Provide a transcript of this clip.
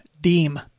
deem